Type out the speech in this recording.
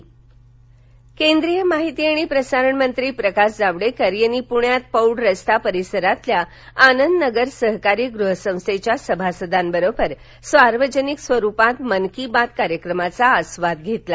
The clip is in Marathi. जावडेकर केंद्रिय माहिती आणि प्रसारण मंत्री प्रकाश जावडेकर यांनी पुण्यात पौड रस्ता परिसरातल्या आनंद नगर सहकारी गृहसंस्थेच्या सभासदांबरोबर सार्वजनीक स्वरूपात मन की बात कार्यक्रमाचा आस्वाद घेतला